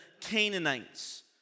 Canaanites